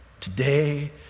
Today